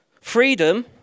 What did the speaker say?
freedom